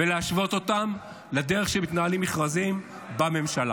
ולהשוות אותם לדרך שבה מתנהלים מכרזים בממשלה.